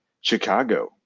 Chicago